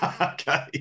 Okay